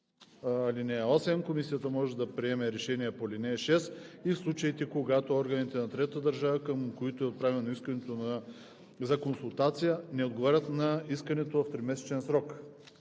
(8) Комисията може да приеме решение по ал. 6 и в случаите, когато органите на третата държава, към които е отправено искане за консултация, не отговорят на искането в тримесечен срок.“